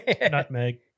nutmeg